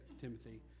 Timothy